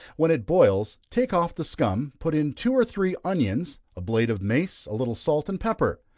when it boils, take off the scum, put in two or three onions, a blade of mace, a little salt and pepper.